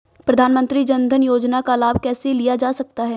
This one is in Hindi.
प्रधानमंत्री जनधन योजना का लाभ कैसे लिया जा सकता है?